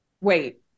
Wait